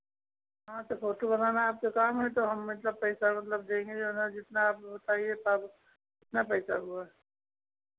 हाँ तो फोटो बनाना आपके काम है तो हम मतलब पैसा मतलब देंगे जौन है जितना आप बताइए तब कितना पैसा हुआ